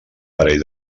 parell